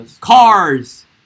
Cars